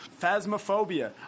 Phasmophobia